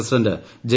president J